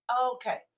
Okay